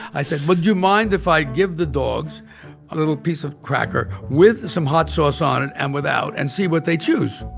i said, would you mind if i give the dogs a little piece of cracker with some hot sauce on it and without and see what they choose?